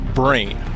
brain